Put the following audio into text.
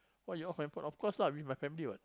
why you off your handphone of course ah with my family what